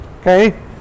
Okay